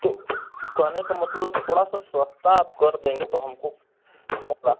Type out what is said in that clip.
तो कहने का मतलब थोड़ा सा सस्ता आप कर देंगे तो हमको थोड़ा रा